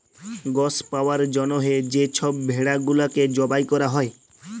গস পাউয়ার জ্যনহে যে ছব ভেড়া গুলাকে জবাই ক্যরা হ্যয়